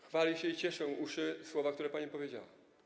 Chwali się to i cieszą uszy słowa, które pani wypowiedziała.